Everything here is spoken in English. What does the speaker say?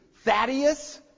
Thaddeus